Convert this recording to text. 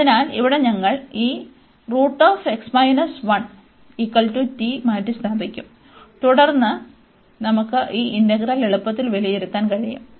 അതിനാൽ ഇവിടെ ഞങ്ങൾ ഈ മാറ്റിസ്ഥാപിക്കും തുടർന്ന് നമുക്ക് ഈ ഇന്റഗ്രൽ എളുപ്പത്തിൽ വിലയിരുത്താൻ കഴിയും